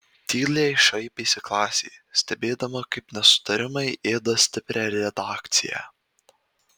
tyliai šaipėsi klasė stebėdama kaip nesutarimai ėda stiprią redakciją